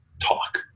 talk